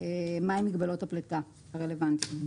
מהן מגבלות הפליטה הרלוונטיות.